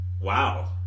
Wow